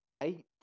eight